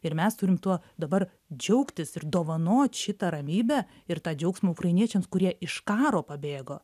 ir mes turim tuo dabar džiaugtis ir dovanot šitą ramybę ir tą džiaugsmą ukrainiečiams kurie iš karo pabėgo